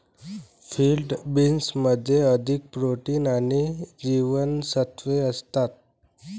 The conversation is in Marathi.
फील्ड बीन्समध्ये अधिक प्रोटीन आणि जीवनसत्त्वे असतात